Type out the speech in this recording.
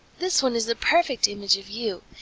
this one is the perfect image of you,